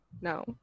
No